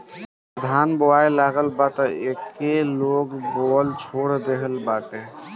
अब धान बोआए लागल बा तअ एके लोग बोअल छोड़ देहले बाटे